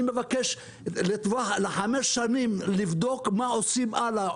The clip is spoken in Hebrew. אני מבקש לחמש שנים לבדוק מה עושים הלאה.